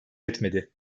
etmedi